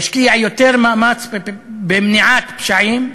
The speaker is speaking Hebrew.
ישקיע יותר מאמץ במניעת פשעים,